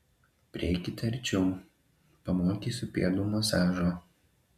prieikite arčiau pamokysiu pėdų masažo